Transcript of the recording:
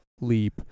leap